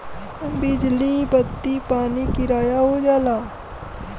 बिजली बत्ती पानी किराया हो जाला